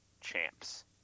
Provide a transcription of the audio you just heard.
champs